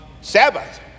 Sabbath